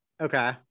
Okay